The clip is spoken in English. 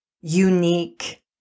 unique